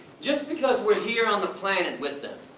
just because we're here on the planet with them.